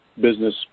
business